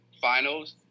finals